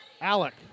Alec